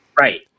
Right